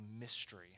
mystery